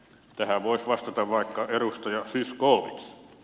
tähän voisi vastata vaikka edustaja zyskowicz